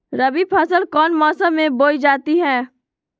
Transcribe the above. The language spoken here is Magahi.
रबी फसल कौन मौसम में बोई जाती है?